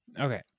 Okay